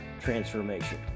transformation